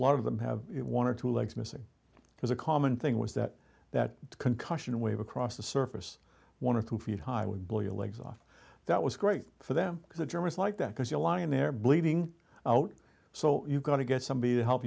lot of them have one or two legs missing because a common thing was that that concussion wave across the surface one or two feet high would blow your legs off that was great for them because the germans like that because you're lying there bleeding out so you've got to get somebody to help